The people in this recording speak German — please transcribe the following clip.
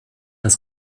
das